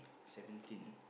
seventeen